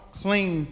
clean